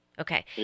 Okay